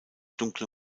dunkle